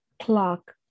clock